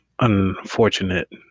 unfortunate